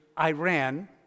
Iran